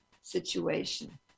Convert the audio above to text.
situation